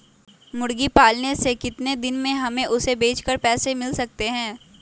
मुर्गी पालने से कितने दिन में हमें उसे बेचकर पैसे मिल सकते हैं?